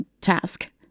task